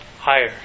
higher